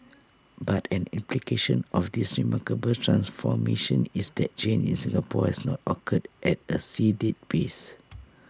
but an implication of this remarkable transformation is that change in Singapore has not occurred at A sedate pace